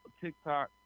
TikTok